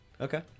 Okay